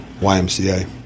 YMCA